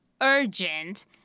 urgent